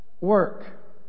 work